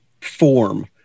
form